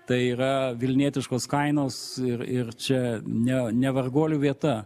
tai yra vilnietiškos kainos ir ir čia ne ne varguolių vieta